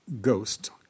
ghosts